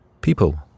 people